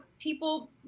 people